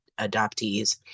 adoptees